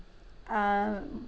um